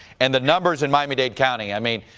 and the numbers in miami-dade county, i mean